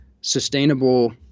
sustainable